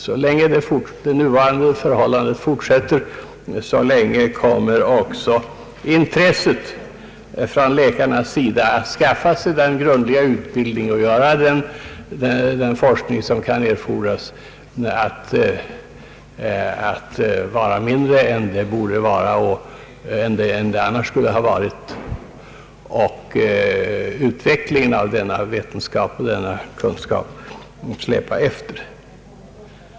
Så länge nuvarande förhållanden råder kommer intresset bland läkarna att skaffa sig den grundliga utbildning och utföra den forskning som kan erfordras att vara mindre än det annars skulle ha varit och mindre än det borde vara. Denna vetenskap kommer att släpa efter i utvecklingen.